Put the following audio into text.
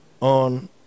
on